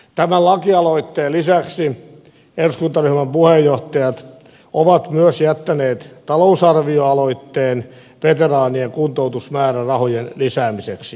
tämän lakialoitteen lisäksi eduskuntaryhmän puheenjohtajat ovat myös jättäneet talousarvioaloitteen veteraanien kuntoutusmäärärahojen lisäämiseksi